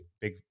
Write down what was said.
big